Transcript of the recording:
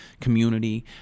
community